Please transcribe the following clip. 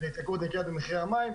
של מחירי המים.